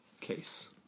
case